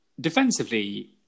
Defensively